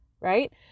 right